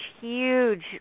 huge